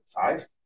Five